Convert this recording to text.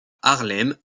harlem